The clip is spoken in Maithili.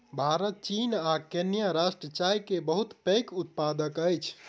भारत चीन आ केन्या राष्ट्र चाय के बहुत पैघ उत्पादक अछि